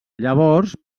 llavors